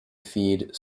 feed